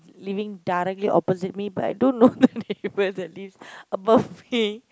living directly opposite me but I do know the neighbour that lives above me